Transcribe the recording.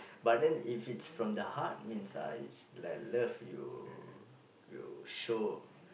but then if it's from the heart means I like love you you show